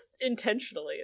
intentionally